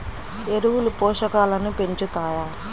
ఎరువులు పోషకాలను పెంచుతాయా?